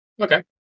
Okay